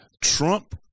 Trump